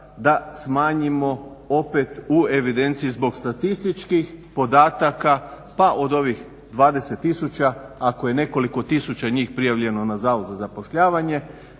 da smanjimo opet u evidenciji zbog statističkih podataka pa od ovih 20 tisuća ako je nekoliko tisuća njih prijavljeno na zavod za zapošljavanje,